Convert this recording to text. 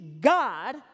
God